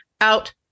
out